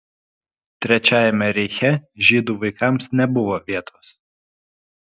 trečiajame reiche žydų vaikams nebuvo vietos